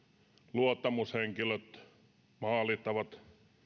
luottamushenkilöt maalittavat